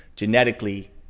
Genetically